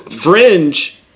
fringe